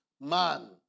man